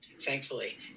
thankfully